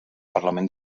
parlament